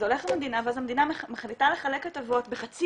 זה הולך למדינה ואז המדינה מחליטה לחלק הטבות בחצי